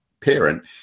parent